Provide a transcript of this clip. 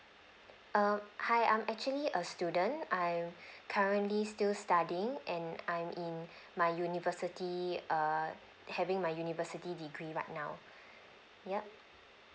um hi I'm actually a student I'm currently still studying and I'm in my university err having my university degree right now yup